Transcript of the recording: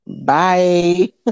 Bye